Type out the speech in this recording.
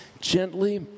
gently